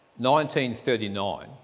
1939